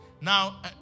Now